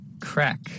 Crack